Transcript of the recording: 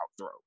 throw